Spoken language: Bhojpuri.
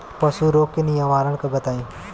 पशु रोग के निवारण बताई?